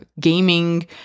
gaming